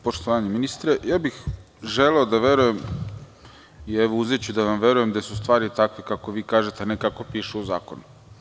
Poštovani ministre, ja bih želeo da verujem i evo uzeću da vam verujem, jer su stvari takve, kako vi kažete, a ne kako piše u zakonu.